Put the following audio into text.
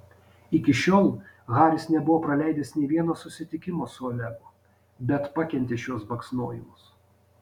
iki šiol haris nebuvo praleidęs nė vieno susitikimo su olegu bet pakentė šiuos baksnojimus